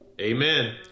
Amen